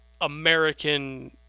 American